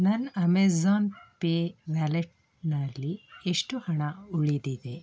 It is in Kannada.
ನನ್ನ ಅಮೆಝಾನ್ ಪೇ ವ್ಯಾಲೆಟ್ನಲ್ಲಿ ಎಷ್ಟು ಹಣ ಉಳಿದಿದೆ